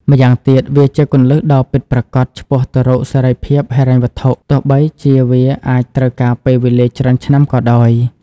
ម្យ៉ាងទៀត វាជាគន្លឹះដ៏ពិតប្រាកដឆ្ពោះទៅរកសេរីភាពហិរញ្ញវត្ថុ ទោះបីជាវាអាចត្រូវការពេលវេលាច្រើនឆ្នាំក៏ដោយ។